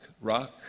rock